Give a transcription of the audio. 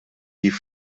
die